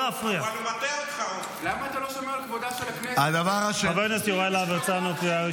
למה אתה לא עונה על שאילתות?